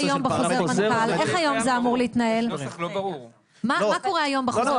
של -- מה קורה היום בחוזר מנכ"ל?